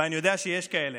ואני יודע שיש כאלה: